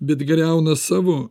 bet griauna savo